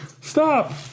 stop